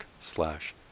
slash